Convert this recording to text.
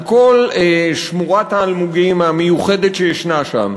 עם כל שמורת האלמוגים המיוחדת שם,